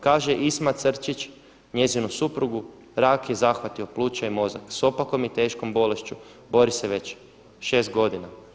Kaže Isma Črčić njezinu suprugu rak je zahvatio pluća i mozak, sa opakom i teškom bolešću bori se već 6 godina.